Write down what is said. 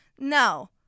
no